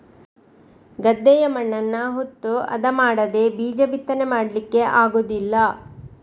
ಗದ್ದೆಯ ಮಣ್ಣನ್ನ ಉತ್ತು ಹದ ಮಾಡದೇ ಬೀಜ ಬಿತ್ತನೆ ಮಾಡ್ಲಿಕ್ಕೆ ಆಗುದಿಲ್ಲ